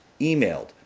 Emailed